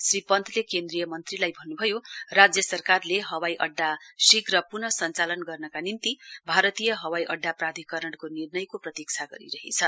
श्री पन्तले केन्द्रीय मन्त्रीले भन्न्भयो राज्य सरकारले हवाई अङ्डा शीध प्न संञ्चालन गर्नका निम्ति भारतीय हवाईअङ्डा प्राधिकरणको निर्णयको प्रतीक्षा गरिरहेछ